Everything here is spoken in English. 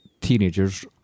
teenagers